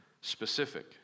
specific